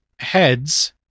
heads